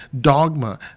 dogma